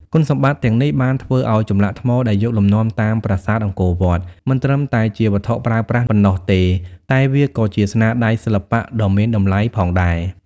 គុណសម្បត្តិទាំងនេះបានធ្វើឱ្យចម្លាក់ថ្មដែលយកលំនាំតាមប្រាសាទអង្គរវត្ត មិនត្រឹមតែជាវត្ថុប្រើប្រាស់ប៉ុណ្ណោះទេ តែវាក៏ជាស្នាដៃសិល្បៈដ៏មានតម្លៃផងដែរ។